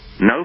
No